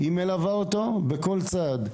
האישה הזו מלווה אותו בכל צעד,